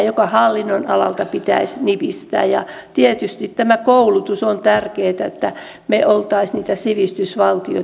joka hallinnonalalta pitäisi nipistää tietysti tämä koulutus on tärkeätä että me olisimme sivistysvaltio